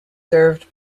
served